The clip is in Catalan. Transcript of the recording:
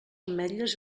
ametlles